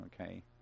Okay